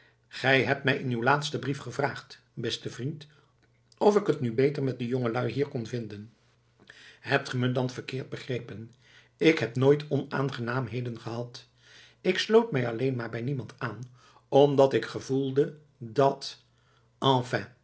gij hebt mij in uw laatsten brief gevraagd beste vriend of ik t nu beter met de jongelui hier kon vinden hebt ge me dan verkeerd begrepen k heb nooit onaangenaamheden gehad ik sloot mij alleen maar bij niemand aan omdat ik gevoelde dat